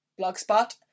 blogspot